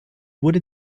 wurde